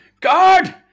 guard